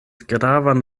gravan